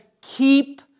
keep